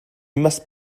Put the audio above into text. must